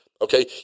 Okay